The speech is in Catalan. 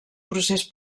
procés